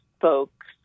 folks